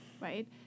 right